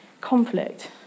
conflict